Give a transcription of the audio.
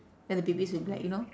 then the babies will be like you know